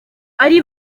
ari